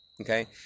okay